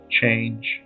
change